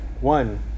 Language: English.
One